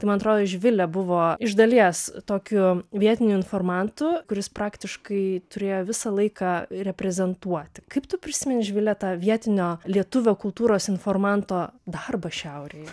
tai man atrodo živilė buvo iš dalies tokiu vietiniu informantu kuris praktiškai turėjo visą laiką reprezentuoti kaip tu prisimeni živile tą vietinio lietuvio kultūros informanto darbą šiaurėje